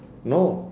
no